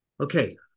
Okay